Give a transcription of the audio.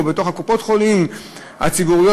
או בתוך קופות-החולים הציבוריות,